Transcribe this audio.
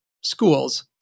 schools